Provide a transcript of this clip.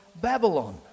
Babylon